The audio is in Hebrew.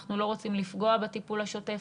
אנחנו לא רוצים לפגוע בטיפול השוטף,